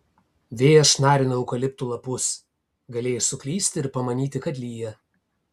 vėjas šnarino eukaliptų lapus galėjai suklysti ir pamanyti kad lyja